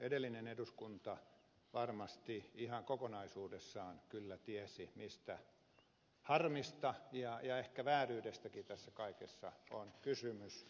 edellinen eduskunta varmasti ihan kokonaisuudessaan kyllä tiesi mistä harmista ja ehkä vääryydestäkin tässä kaikessa on kysymys